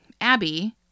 Abby